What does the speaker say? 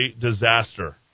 disaster